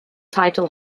title